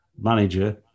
manager